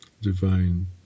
divine